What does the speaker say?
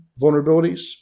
vulnerabilities